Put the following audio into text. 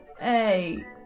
Hey